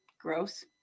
Gross